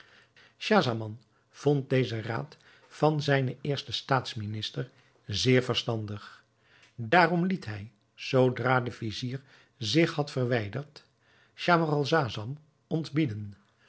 schahzaman vond dezen raad van zijnen eersten staatsminister zeer verstandig daarom liet hij zoodra de vizier zich had verwijderd camaralzaman ontbieden